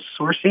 sourcing